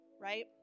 right